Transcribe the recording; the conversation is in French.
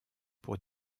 pour